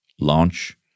launch